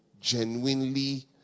genuinely